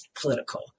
political